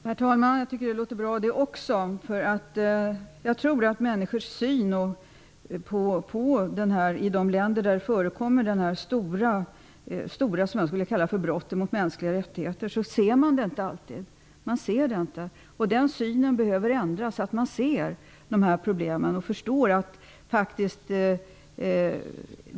Herr talman! Också detta låter bra. Jag tror att man i de länder där detta stora brott mot de mänskliga rättigheterna förekommer inte alltid ser vad som sker. Den synen behöver ändras, så att man ser problemen.